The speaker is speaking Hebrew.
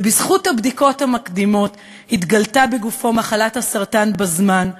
ובזכות הבדיקות המקדימות התגלתה בגופו מחלת הסרטן בזמן,